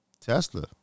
Tesla